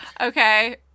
Okay